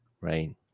Right